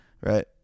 right